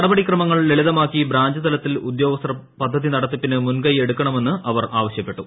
നടപടിക്രമങ്ങൾ ലളിത്മാക്കി ബ്രാഞ്ച് തലങ്ങളിൽ ഉദ്യോഗസ്ഥർ പദ്ധതി നടത്തിപ്പിന് ക്മുൻ്കൈയെടുക്കണമെന്ന് അവർ ആവശ്യപ്പെട്ടു